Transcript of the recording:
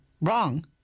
wrong